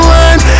one